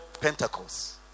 Pentecost